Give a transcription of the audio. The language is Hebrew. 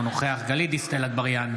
אינו נוכח גלית דיסטל אטבריאן,